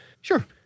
sure